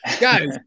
Guys